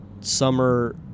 summer